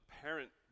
parent